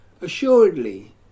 Assuredly